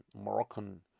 Moroccan